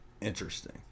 interesting